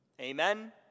Amen